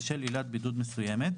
בשל עילת בידוד מסוימת,